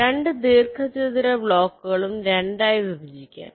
രണ്ട് ദീർഘ ചതുര ബ്ലോക്കുകളും രണ്ടായി വിഭജിക്കാം